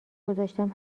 گذاشتم